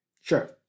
Sure